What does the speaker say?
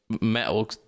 metal